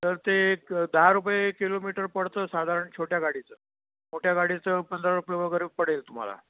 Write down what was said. तर ते एक दहा रुपये किलोमीटर पडतं साधारण छोट्या गाडीचं मोठ्या गाडीचं पंधरा रुपये वगैरे पडेल तुम्हाला